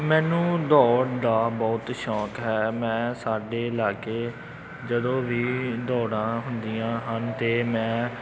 ਮੈਨੂੰ ਦੌੜ ਦਾ ਬਹੁਤ ਸ਼ੌਂਕ ਹੈ ਮੈਂ ਸਾਡੇ ਲਾਗੇ ਜਦੋਂ ਵੀ ਦੌੜਾਂ ਹੁੰਦੀਆਂ ਹਨ ਤਾਂ ਮੈਂ